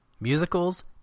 Musicals